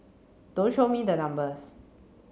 don't show me the numbers